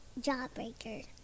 jawbreaker